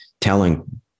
telling